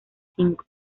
cinco